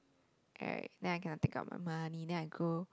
right then I cannot take out my money then I grow